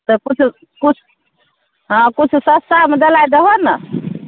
तऽ किछु किछु किछु सस्तामे दिलाइ दहो ने